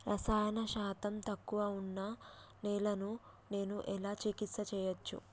రసాయన శాతం తక్కువ ఉన్న నేలను నేను ఎలా చికిత్స చేయచ్చు?